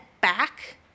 back